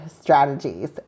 strategies